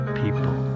people